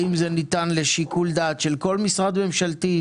האם זה ניתן לשיקול דעת של כל משרד ממשלתי?